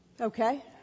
Okay